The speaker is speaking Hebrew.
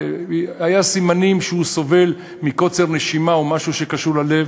היו סימנים שהוא סובל מקוצר נשימה או משהו שקשור ללב,